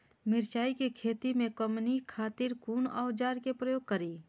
मिरचाई के खेती में कमनी खातिर कुन औजार के प्रयोग करी?